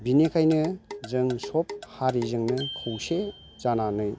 बिनिखायनो जों सब हारिजोंनो खौसे जानानै